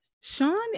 Sean